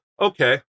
okay